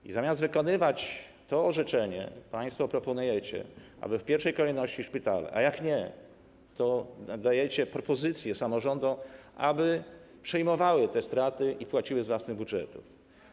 I zamiast wykonywać to orzeczenie, państwo proponujecie, aby w pierwszej kolejności były to szpitale, a jak nie, to składacie propozycję samorządom, aby przejmowały te straty i płaciły z własnych budżetów.